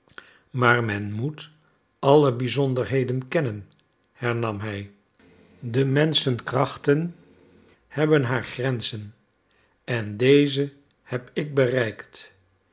maar men moet alle bizonderheden kennen hernam hij des menschen krachten hebben haar grenzen en deze heb ik bereikt